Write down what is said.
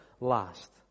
last